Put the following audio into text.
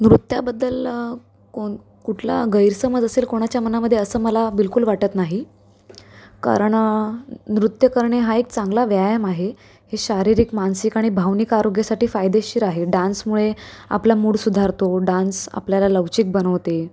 नृत्याबद्दल कोण कुठला गैरसमज असेल कोणाच्या मनामध्ये असं मला बिलकुल वाटत नाही कारण नृत्य करणे हा एक चांगला व्यायाम आहे हे शारीरिक मानसिक आणि भावनिक आरोग्यसाठी फायदेशीर आहे डान्समुळे आपला मूड सुधारतो डान्स आपल्याला लवचीक बनवते